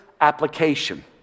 application